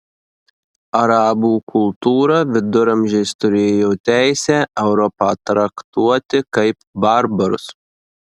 arabų kultūra viduramžiais turėjo teisę europą traktuoti kaip barbarus